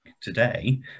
today